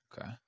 okay